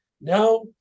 Now